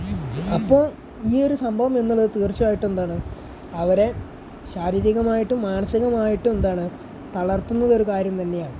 അപ്പോൾ ഈ ഒരു സംഭവം എന്നുള്ളത് തീർച്ചയായിട്ടും എന്താണ് അവരെ ശാരീരികമായിട്ടും മാനസികമായിട്ടും എന്താണ് തളർത്തുന്നത് ഒരു കാര്യം തന്നെയാണ്